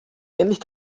endlich